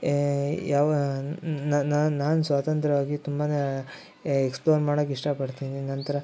ಏ ಯಾವ ನಾನು ನಾನು ಸ್ವತಂತ್ರವಾಗಿ ತುಂಬ ಎಕ್ಸ್ಪ್ಲೋರ್ ಮಾಡಕ್ಕೆ ಇಷ್ಟಪಡ್ತೀನಿ ನಂತರ